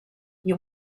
you